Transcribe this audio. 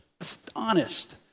Astonished